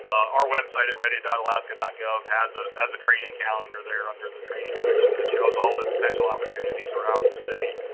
our website at ready and alaska ah gov has a and training calendar they are under the training section that shows all the potential opportunities around the state.